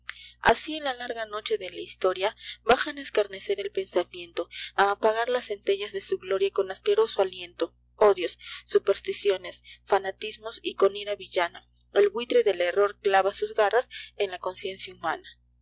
asi en la larga noche de la historia bajan á escarnecer el pensamiento a apagar las centellas de su gloria con asqueroso aliento odios supersticiones fanatismos y con ira villana el buitre del error clava sus garras en la conciencia humana